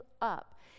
up